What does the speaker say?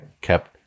kept